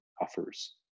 offers